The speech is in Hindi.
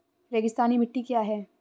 रेगिस्तानी मिट्टी क्या है?